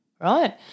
Right